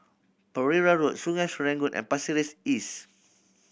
Pereira Road Sungei Serangoon and Pasir Ris East